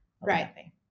right